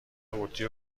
قوطی